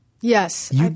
Yes